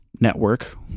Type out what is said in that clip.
network